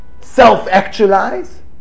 self-actualize